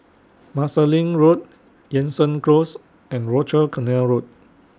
Marsiling Road Jansen Close and Rochor Canal Road